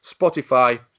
spotify